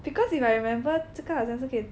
because if I remember 这个好像是可以